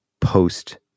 post